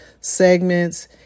segments